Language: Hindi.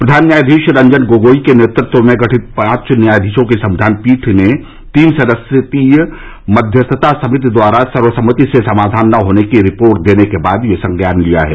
प्रधान न्यायाधीश रंजन गोगोई के नेतृत्व में गठित पांच न्यायाधीशों की संविधान पीठ ने तीन सदस्यीय मध्यस्थता समिति द्वारा सर्वसम्मति से समाधान न होने की रिपोर्ट देने के बाद यह संज्ञान लिया है